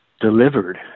delivered